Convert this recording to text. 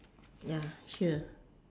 ya sure